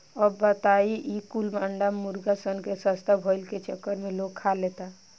अब बताव ई कुल अंडा मुर्गा सन के सस्ता भईला के चक्कर में लोग खा लेता